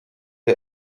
der